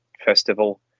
festival